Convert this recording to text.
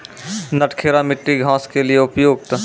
नटखेरा मिट्टी घास के लिए उपयुक्त?